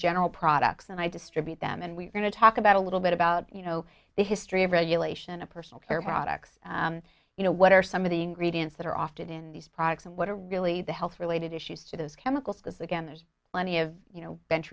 general products and i distribute them and we're going to talk about a little bit about you know the history of regulation a personal care products you know what are some of the ingredients that are often in these products and what are really the health related issues to those chemicals this again there's plenty of you know bench